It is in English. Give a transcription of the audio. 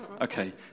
okay